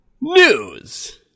News